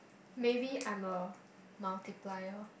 maybe I'm a multiplier